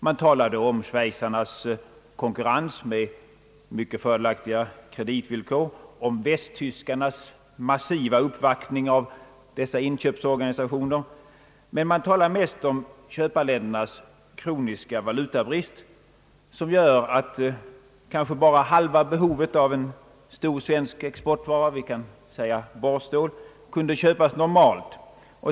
Man talade om schweizarnas konkurrens med mycket fördelaktiga kreditvillkor, om västtyskarnas massiva uppvaktning av dessa uppköpsorganisationer, men man talade mest om köparländernas kroniska valutabrist, som gör att kanske bara halva behovet av en stor svensk exportvara — vi kan säga borrstål — kunde köpas normalt.